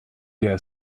der